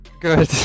good